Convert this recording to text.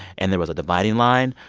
and there was a dividing line.